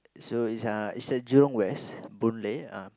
so it's uh it's at Jurong-West Boon-Lay uh